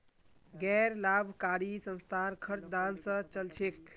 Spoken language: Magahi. गैर लाभकारी संस्थार खर्च दान स चल छेक